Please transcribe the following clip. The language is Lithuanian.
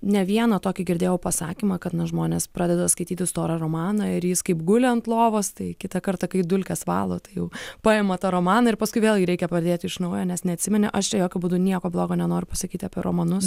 ne vieną tokį girdėjau pasakymą kad na žmonės pradeda skaityti storą romaną ir jis kaip guli ant lovos tai kitą kartą kai dulkes valo tai jau paima tą romaną ir paskui vėl jį reikia pradėti iš naujo nes neatsimeni aš čia jokiu būdu nieko blogo nenoriu pasakyti apie romanus